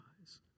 eyes